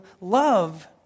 love